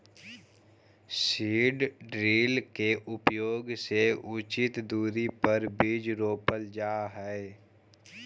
seed drill के उपयोग से उचित दूरी पर बीज रोपल जा हई